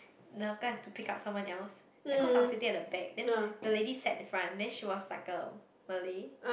the uncle have to pick up someone else then cause I was sitting at the back then the lady sat in front then she was like a Malay